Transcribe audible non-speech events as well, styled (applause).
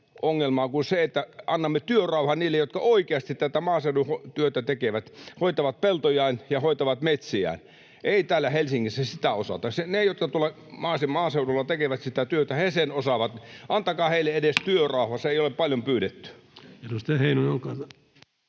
ongelmaa kuin se, että emme anna työrauhaa niille, jotka oikeasti tätä maaseudun työtä tekevät, hoitavat peltojaan ja hoitavat metsiään. Ei täällä Helsingissä sitä osata. Ne, jotka maaseudulla tekevät sitä työtä, sen osaavat. Antakaa heille edes työrauha, (noise) se ei ole